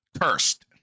Cursed